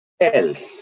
else